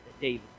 David